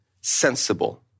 sensible